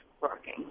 working